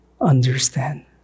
understand